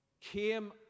came